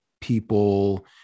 people